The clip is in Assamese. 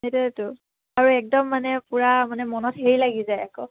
সেইটোয়েটো আৰু একদম মানে পূৰা মানে মনত হেৰি লাগি যায় আকৌ